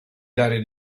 dare